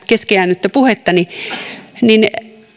kesken jäänyttä puhettani tähän